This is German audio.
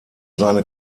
seine